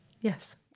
yes